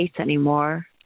anymore